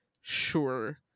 Sure